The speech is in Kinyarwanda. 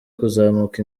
kuzamuka